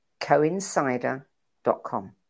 coincider.com